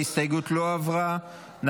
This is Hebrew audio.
ההסתייגות לא עברה.